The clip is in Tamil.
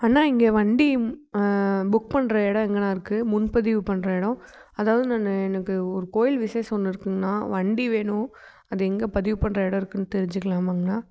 அண்ணா இங்கே வண்டி புக் பண்ணுற இடம் எங்கண்ணா இருக்கு முன்பதிவு பண்ணுற இடம் அதாவது நான் எனக்கு ஒரு கோயில் விசேஷம் ஒன்று இருக்குங்கண்ணா வண்டி வேணும் அது எங்க பதிவு பண்ணுற இடம் இருக்குன்னு தெரிஞ்சிக்கிலாமாங்கண்ணா